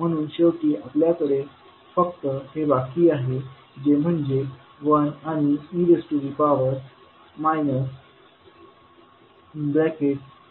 म्हणून शेवटी आपल्याकडे फक्त हे बाकी आहे जे म्हणजे 1 आणि e